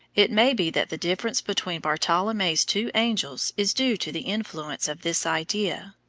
it may be that the difference between bartolommeo's two angels is due to the influence of this idea.